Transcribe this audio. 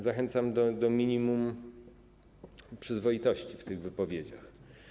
Zachęcam do minimum przyzwoitości w tych wypowiedziach.